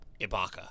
Ibaka